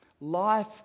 Life